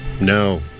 no